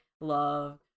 love